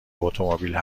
اتومبیل